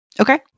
Okay